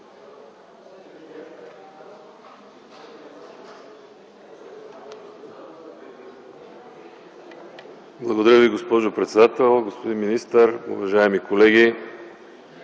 Благодаря Ви, госпожо председател. Господин министър, уважаеми колеги!